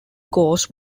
goes